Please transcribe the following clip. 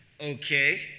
okay